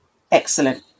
excellent